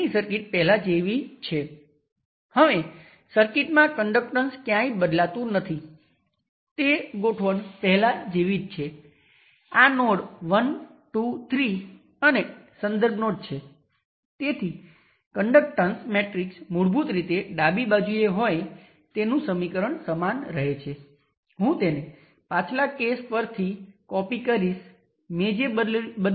અને સર્કિટ હકીકતમાં 1 અને 1 પ્રાઇમ વચ્ચે આઇડિયલ 5 વોલ્ટ વોલ્ટેજ સોર્સની જેમ કાર્ય કરે છે